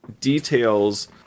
details